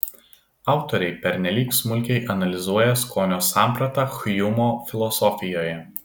autoriai pernelyg smulkiai analizuoja skonio sampratą hjumo filosofijoje